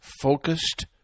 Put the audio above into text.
focused